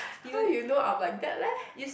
how you know I'm like that leh